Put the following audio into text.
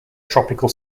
tropical